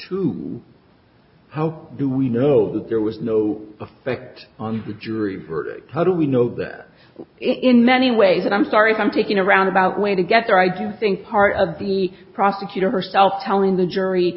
two how do we know that there was no affect on the jury how do we know that in many ways i'm sorry i'm taking a roundabout way to get there i do think part of the prosecutor herself telling the jury